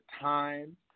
time